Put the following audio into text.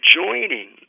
joining